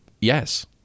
yes